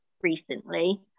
recently